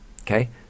okay